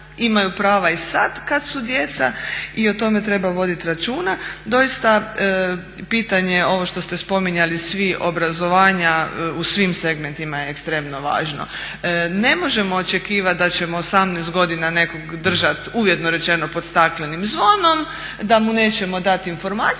imaju prava i sad kad su djeca i o tome treba voditi računa. Doista pitanje ovo što ste spominjali svi obrazovanja u svim segmentima je ekstremno važno. Ne možemo očekivat da ćemo 18 godina nekog držat uvjetno rečeno pod staklenim zvonom, da mu nećemo dati informacije